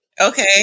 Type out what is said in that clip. Okay